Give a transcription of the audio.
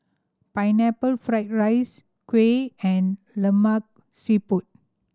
Pineapple Fried rice kuih and Lemak Siput